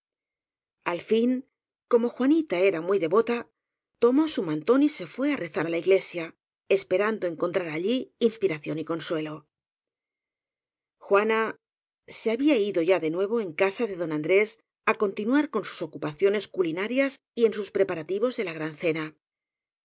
al fin como juanita era muy devota tomó su mantón y se fué á rezar á la iglesia esperando en contrar allí inspiración y consuelo juana se había ido ya de nuevo en casa de don andrés á continuar en sus ocupaciones culinarias y en sus preparativos de la gran cena